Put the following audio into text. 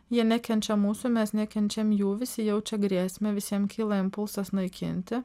jie nekenčia mūsų mes nekenčiam jų visi jaučia grėsmę visiem kyla impulsas naikinti